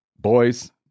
boys